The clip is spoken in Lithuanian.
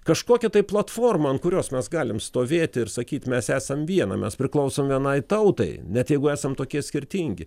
kažkokia tai platforma ant kurios mes galim stovėti ir sakyt mes esam viena mes priklausom vienai tautai net jeigu esam tokie skirtingi